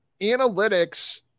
analytics